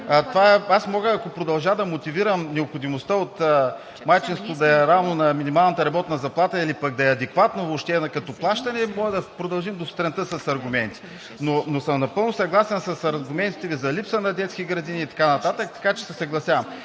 зад тях. Ако продължа да мотивирам необходимостта от майчинството да е равно на минималната работна заплата или пък да е адекватно въобще като плащане, може да продължим до сутринта с аргументи. Напълно съм съгласен с аргументите Ви за липса на детски градини и така нататък, така че се съгласявам.